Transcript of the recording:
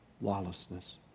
Lawlessness